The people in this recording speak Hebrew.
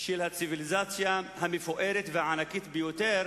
של הציוויליזציה המפוארת והענקית ביותר